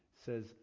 says